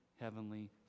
heavenly